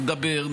נדבר,